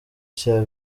cya